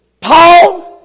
Paul